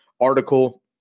article